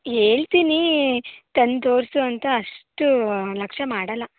ಹೇಳ್ತೀನಿ ತಂದು ತೋರಿಸು ಅಂತ ಅಷ್ಟು ಲಕ್ಷ್ಯ ಮಾಡೋಲ್ಲ